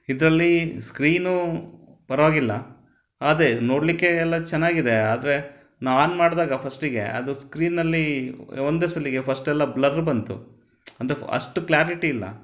ಇದರಲ್ಲಿ ಸ್ಕ್ರೀನೂ ಪರವಾಗಿಲ್ಲ ಅದೇ ನೋಡಲಿಕ್ಕೆ ಎಲ್ಲ ಚೆನ್ನಾಗಿದೆ ಆದರೆ ನಾ ಆನ್ ಮಾಡಿದಾಗ ಫಸ್ಟಿಗೆ ಅದು ಸ್ಕ್ರೀನ್ನಲ್ಲಿ ಒಂದೇ ಸಲಕ್ಕೆ ಫಸ್ಟ್ ಎಲ್ಲ ಬ್ಲರ್ ಬಂತು ಅಂದರೆ ಫ್ ಅಷ್ಟು ಕ್ಲಾರಿಟಿ ಇಲ್ಲ